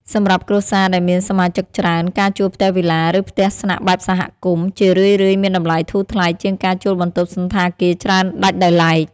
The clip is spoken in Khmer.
សម្រាប់គ្រួសារដែលមានសមាជិកច្រើន ការជួលផ្ទះវិឡា ឬផ្ទះស្នាក់បែបសហគមន៍ ជារឿយៗមានតម្លៃធូរថ្លៃជាងការជួលបន្ទប់សណ្ឋាគារច្រើនដាច់ដោយឡែក។